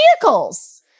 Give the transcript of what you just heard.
vehicles